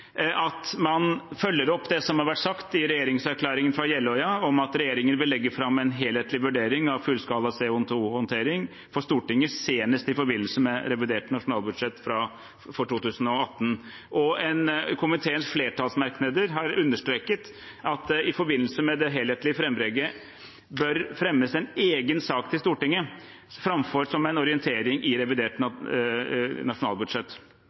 at man følger opp det som er sagt i regjeringserklæringen fra Jeløya, om at regjeringen vil legge fram en helhetlig vurdering av fullskala CO 2 -håndtering for Stortinget senest i forbindelse med revidert nasjonalbudsjett for 2018. Komiteen har i flertallsmerknad understreket at det i forbindelse med den helhetlige vurderingen bør fremmes en egen sak for Stortinget framfor som en orientering i revidert nasjonalbudsjett.